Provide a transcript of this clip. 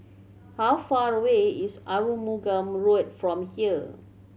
how far away is Arumugam Road from here